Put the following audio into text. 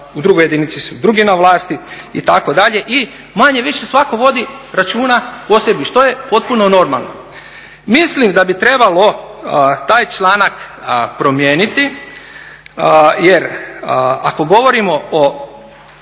u drugoj su drugi na vlasti, itd. i manje-više svako vodi računa o sebi što je potpuno normalno. Mislim da bi trebalo taj članak promijeniti jer ako govorimo o